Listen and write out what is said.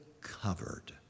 covered